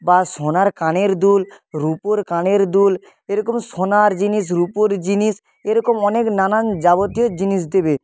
বা সোনার কানের দুল রুপোর কানের দুল এরকম সোনার জিনিস রুপোর জিনিস এরকম অনেক নানান যাবতীয় জিনিস দেবে